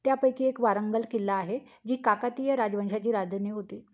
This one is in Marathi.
त्यापैकी एक वारंगल किल्ला आहे जी काकातीय राजवंशाची राजधनी होती